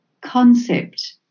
concept